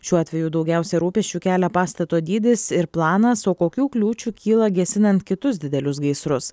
šiuo atveju daugiausia rūpesčių kelia pastato dydis ir planas o kokių kliūčių kyla gesinant kitus didelius gaisrus